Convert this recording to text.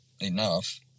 enough